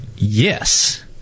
Yes